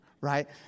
right